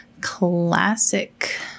classic